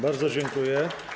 Bardzo dziękuję.